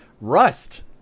Rust